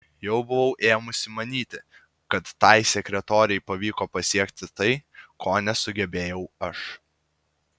jau buvau ėmusi manyti kad tai sekretorei pavyko pasiekti tai ko nesugebėjau aš